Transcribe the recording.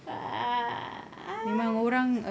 ah